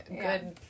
Good